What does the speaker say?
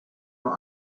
nur